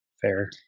fair